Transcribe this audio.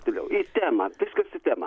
toliau į temą viskas į temą